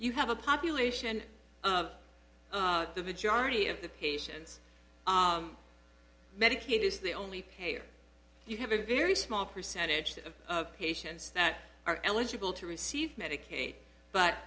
you have a population of the majority of the patients medicaid is the only payer you have a very small percentage of patients that are eligible to receive medicaid but